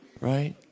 right